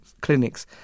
clinics